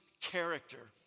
character